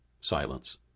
Silence